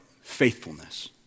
faithfulness